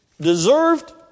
deserved